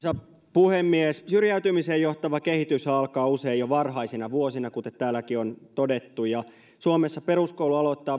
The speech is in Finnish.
puhemies syrjäytymiseen johtava kehityshän alkaa usein jo varhaisina vuosina kuten täälläkin on todettu ja suomessa